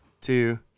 Two